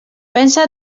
pensa